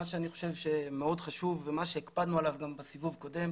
אני חושב שמאוד חשוב ומה שהקפדנו עליו גם בסיבוב הקודם